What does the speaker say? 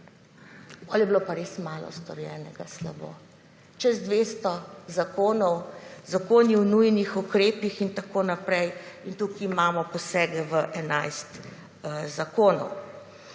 Potem je pa bilo res malo storjenega slabo. Čez 200 zakonov, zakoni o nujnih ukrepih in tako naprej in tukaj imamo posege v 11 zakonov.